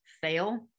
fail